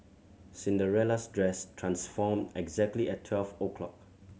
Cinderella's dress transformed exactly at twelve o'clock